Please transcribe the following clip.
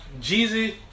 Jeezy